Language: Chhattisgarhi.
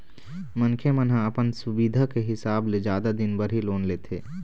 मनखे मन ह अपन सुबिधा के हिसाब ले जादा दिन बर ही लोन लेथे